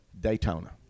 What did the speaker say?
Daytona